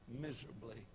miserably